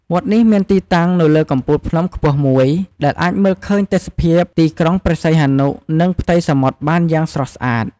វត្តនេះមានទីតាំងនៅលើកំពូលភ្នំខ្ពស់មួយ ដែលអាចមើលឃើញទេសភាពទីក្រុងព្រះសីហនុ និងផ្ទៃសមុទ្របានយ៉ាងស្រស់ស្អាត។